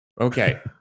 Okay